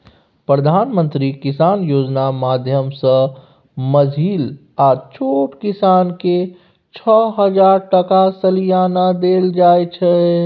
प्रधानमंत्री किसान योजना माध्यमसँ माँझिल आ छोट किसानकेँ छअ हजार टका सलियाना देल जाइ छै